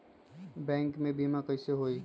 Bank से बिमा कईसे होई?